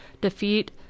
defeat